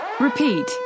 Repeat